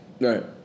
Right